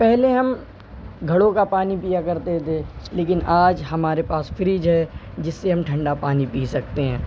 پہلے ہم گھڑوں کا پانی پیا کرتے تھے لیکن آج ہمارے پاس فریج ہے جس سے ہم ٹھنڈا پانی پی سکتے ہیں